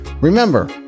Remember